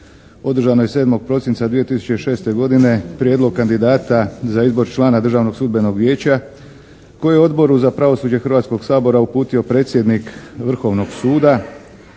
održanoj 7. prosinca 2006. godine prijedlog kandidata za izbor člana Državnog sudbenog vijeća koji je Odboru za pravosuđe Hrvatskoga sabora uputio predsjednik Vrhovnog suda